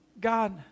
God